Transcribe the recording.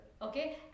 okay